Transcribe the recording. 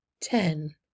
ten